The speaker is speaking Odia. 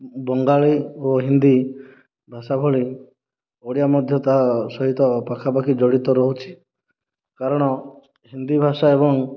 ବଙ୍ଗାଳୀ ଓ ହିନ୍ଦୀ ଭାଷା ଭଳି ଓଡ଼ିଆ ମଧ୍ୟ ତା ସହିତ ପାଖାପାଖି ଜଡ଼ିତ ରହୁଛି କାରଣ ହିନ୍ଦୀ ଭାଷା ଏବଂ